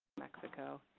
mexico,